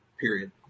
period